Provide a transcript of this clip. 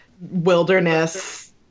wilderness